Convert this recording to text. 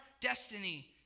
destiny